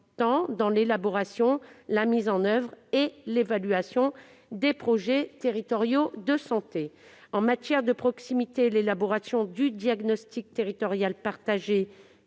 dans l'élaboration, la mise en oeuvre et l'évaluation des projets territoriaux de santé. Dans un souci de proximité, l'élaboration du diagnostic territorial partagé,